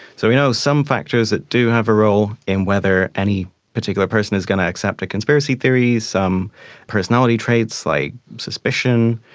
so we know some factors that do have a role in whether any particular person is going to accept a conspiracy theory, some personality traits like suspicion,